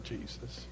Jesus